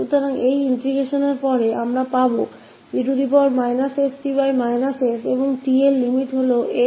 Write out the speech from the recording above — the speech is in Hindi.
तो इस integration क बाद हमारे पास है e st sऔर limit a से ∞ और फिर से वही स्थति